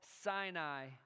Sinai